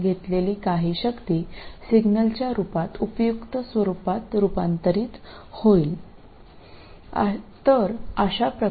എങ്ങനെയെങ്കിലും ഡിസി ഉറവിടത്തിൽ നിന്ന് എടുക്കുന്ന കുറച്ച് പവർ സിഗ്നലിന്റെ രൂപത്തിൽ ഉപയോഗപ്രദമായ രൂപത്തിലേക്ക് പരിവർത്തനം ചെയ്യും